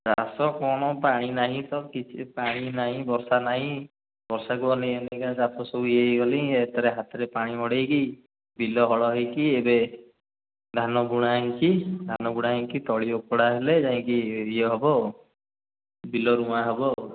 ଚାଷ କ'ଣ ପାଣି ନାହିଁ ତ କିଛି ପାଣି ନାଇଁ ବର୍ଷା ନାଇଁ ବର୍ଷାକୁ ଅନାଇ ଅନାଇକା ଚାଷ ସବୁ ଇଏ ହେଇ ଗଲାଣି ଏଥିରେ ହାତରେ ପାଣି ମଡ଼ାଇକି ବିଲ ହଳ ହେଇକି ଏବେ ଧାନବୁଣା ହେଇଁଛି ଧାନ ବୁଣା ହେଇକି ତଳି ଓପଡ଼ା ହେଲେ ଯାଇଁକି ଇଏ ହେବ ଆଉ ବିଲ ରୁଆ ହେବ ଆଉ